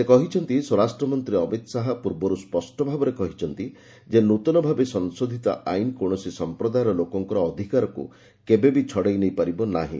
ସେ କହିଛନ୍ତି' ସ୍ୱରାଷ୍ଟ୍ରମନ୍ତ୍ରୀ ଅମିତ ଶାହା ପୂର୍ବରୁ ସ୍ୱଷ୍ଟଭାବରେ କହିଛନ୍ତି ଯେ ନୂତନଭାବେ ସଂଶୋଧିତ ଆଇନ କୌଣସି ସମ୍ପ୍ରଦାୟର ଲୋକମାନଙ୍କର ଅଧିକାରକୁ କେବେ ବି ଛଡେଇ ନେଇପାରିବ ନାହିଁ